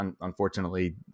unfortunately